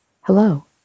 Hello